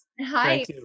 Hi